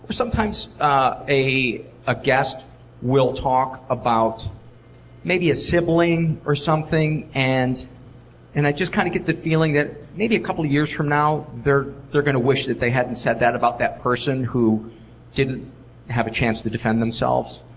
sometimes ah a a guest will talk about maybe a sibling or something, and and i just kind of get the feeling that maybe a couple years from now, they're they're gonna wish that they hadn't said that about that person who didn't have a chance to defend themselves.